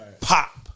pop